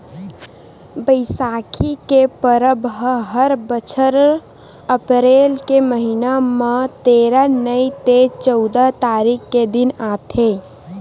बइसाखी के परब ह हर बछर अपरेल के महिना म तेरा नइ ते चउदा तारीख के दिन आथे